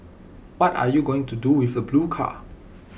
what are you going to do with the blue car